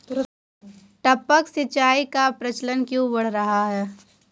टपक सिंचाई का प्रचलन क्यों बढ़ रहा है?